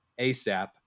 ASAP